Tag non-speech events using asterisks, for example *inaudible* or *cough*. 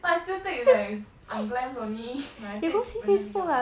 but I still take like unglams only *laughs* when I take random pictures